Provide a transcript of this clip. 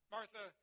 Martha